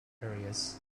areas